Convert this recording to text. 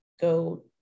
go